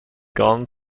gone